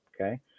okay